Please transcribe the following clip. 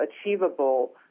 achievable